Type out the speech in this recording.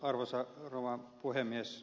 arvoisa rouva puhemies